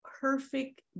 Perfect